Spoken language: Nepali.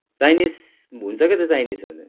चाइनिस हुन्छ के त चाइनिसहरू